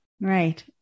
Right